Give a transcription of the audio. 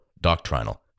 doctrinal